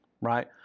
right